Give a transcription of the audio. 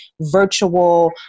virtual